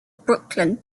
brooklyn